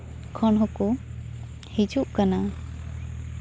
ᱠᱷᱚᱱ ᱦᱚᱸᱠᱚ ᱦᱤᱡᱩᱜ ᱠᱟᱱᱟ